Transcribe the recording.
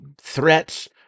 threats